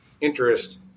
interest